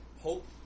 hope